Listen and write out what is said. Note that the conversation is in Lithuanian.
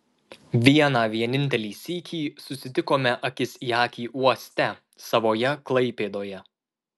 vieną vienintelį sykį susitikome akis į akį uoste savoje klaipėdoje